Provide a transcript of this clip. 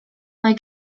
mae